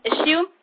issue